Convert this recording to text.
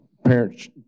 Parents